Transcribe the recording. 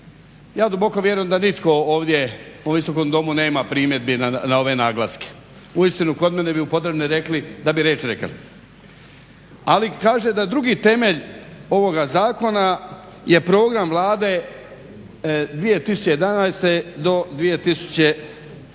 Ja duboko vjerujem da nitko ovdje u Visokom domu nema primjedbi na ove naglaske. Uistinu kod mene bi u Podravini rekli da bi reč rekel. Ali kaže da drugi temelj ovoga zakona je program Vlade 2011. do 2015.,